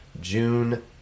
June